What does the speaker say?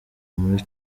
muri